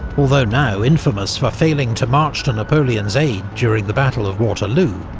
although now infamous for failing to march to napoleon's aid during the battle of waterloo,